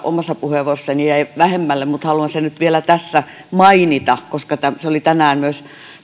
omassa puheenvuorossani jäi vähemmälle mutta minkä haluan nyt vielä tässä mainita koska se oli tänään myös